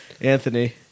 Anthony